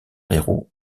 héros